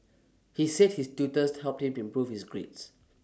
he said his tutors helped him improve his grades